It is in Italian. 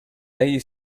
egli